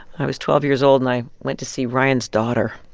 i was twelve years old, and i went to see ryan's daughter.